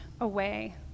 away